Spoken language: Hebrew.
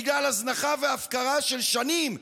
בגלל הזנחה וההפקרה של שנים,